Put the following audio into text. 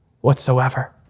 whatsoever